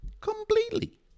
Completely